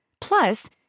Plus